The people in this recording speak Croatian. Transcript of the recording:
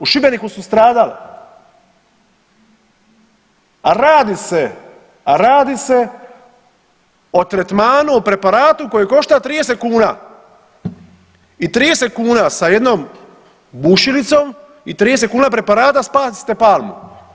U Šibeniku su stradale, a radi se, a radi se o tretmanu, o preparatu koji košta 30 kuna i 30 kuna sa jednom bušilicom i 30 kuna preparata spasite palmu.